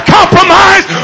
compromise